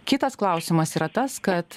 kitas klausimas yra tas kad